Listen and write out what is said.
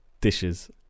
Dishes